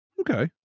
Okay